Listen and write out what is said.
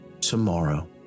tomorrow